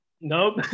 Nope